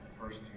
First